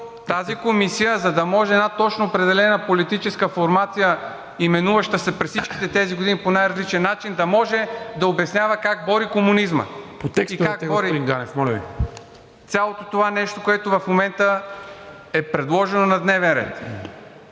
тази комисия, за да може една точно определена политическа формация, именуваща се през всичките тези години по най-различен начин, да може да обяснява как бори комунизма. ПРЕДСЕДАТЕЛ НИКОЛА МИНЧЕВ: По текста, господин Ганев, моля Ви. ЦОНЧО ГАНЕВ: Цялото това нещо, което в момента е предложено на дневен ред.